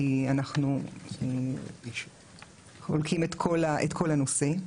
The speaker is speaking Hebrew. כי אנחנו חולקים את כל הנושא.